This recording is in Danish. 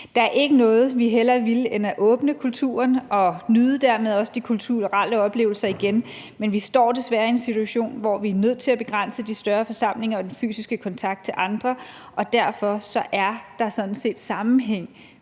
Der er ikke noget, vi hellere ville, end at åbne kulturen og dermed også nyde de kulturelle oplevelser igen, men vi står desværre i en situation, hvor vi er nødt til at begrænse de større forsamlinger og den fysiske kontakt til andre, og derfor er der sådan set sammenhæng